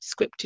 scripted